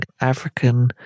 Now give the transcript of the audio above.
african